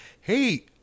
hey